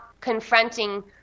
confronting